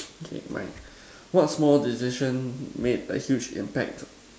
what four decision made by huge impact